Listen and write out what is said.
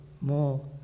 more